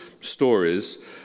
stories